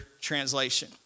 translation